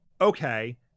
okay